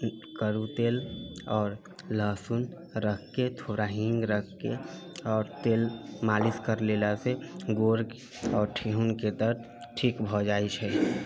करू तेल आओर लहसुन रख के थोड़ा हींग रख के आओर तेल मालिश कर लेला से गोर आओर ठेहुन के दर्द ठीक भऽ जाइ छै